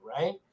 right